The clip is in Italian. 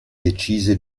decise